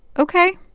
ok.